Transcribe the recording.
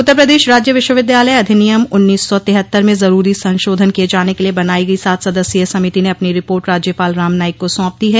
उत्तर प्रदेश राज्य विश्वविद्यालय अधिनियम उन्नीस सौ तिहत्तर में जरूरी संशोधन किये जाने के लिए बनाई गई सात सदस्यीय समिति ने अपनी रिपोर्ट राज्यपाल राम नाईक को सौंप दी है